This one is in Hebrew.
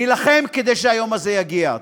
נילחם כדי שהיום הזה יגיע.